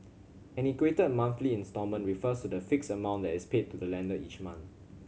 an equated monthly instalment refers to the fixed amount that is paid to the lender every month